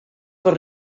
per